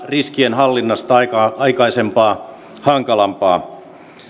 riskien hallinnasta aikaisempaa hankalampaa